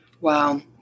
Wow